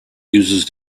uses